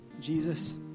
Jesus